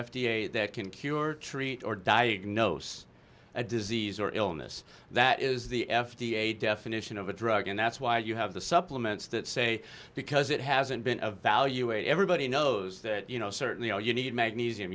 a that can cure treat or diagnosed a disease or illness that is the f d a definition of a drug and that's why you have the supplements that say because it hasn't been of value a everybody knows that you know certainly all you need magnesium